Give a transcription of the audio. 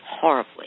horribly